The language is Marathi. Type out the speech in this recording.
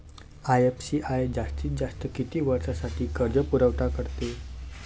आय.एफ.सी.आय जास्तीत जास्त किती वर्षासाठी कर्जपुरवठा करते?